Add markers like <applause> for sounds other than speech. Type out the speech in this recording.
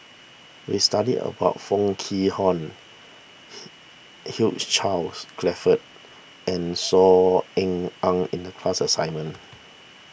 we studied about Foo Kwee Horng <noise> Hugh Charles Clifford and Saw Ean Ang in the class assignment